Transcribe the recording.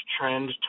trend